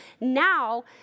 now